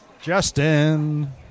Justin